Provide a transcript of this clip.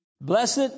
blessed